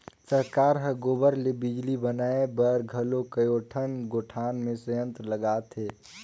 सरकार हर गोबर ले बिजली बनाए बर घलो कयोठन गोठान मे संयंत्र लगात हे